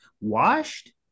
Washed